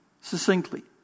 succinctly